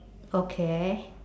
okay